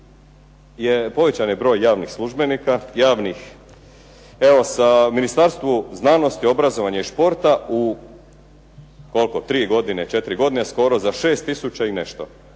povećan je broj javnih službenika. Evo sa Ministarstvu znanosti, obrazovanja i športa u tri, četiri godine skoro za 6 tisuća i nešto,